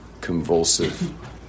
convulsive